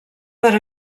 per